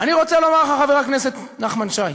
אני רוצה לומר לך, חבר הכנסת נחמן שי,